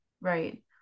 Right